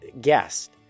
guest